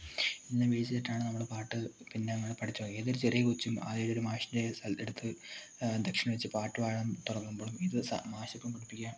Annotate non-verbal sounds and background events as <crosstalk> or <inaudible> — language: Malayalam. എന്ന് വെച്ചിട്ടാണ് നമ്മൾ പാട്ട് പിന്നെ നമ്മൾ പഠിച്ചത് ഏത് ഒരു ചെറിയ കൊച്ചും ആദ്യം ഒരു മാഷിൻ്റെ അടുത്ത് ദക്ഷിണ വെച്ച് പാട്ട് പാടാൻ തുടങ്ങുമ്പോളും ഇത് സർ മാഷ് <unintelligible>